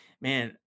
man